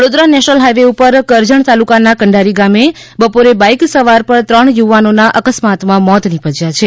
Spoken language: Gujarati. વડોદરા નેશનલ હાઇવે ઉપર કરજણ તાલુકાના કંડારી ગામે બપોરે બાઇક પર સવાર ત્રણ યુવાનોના અકસ્માતમાં મોત નિપજ્યા છે